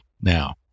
now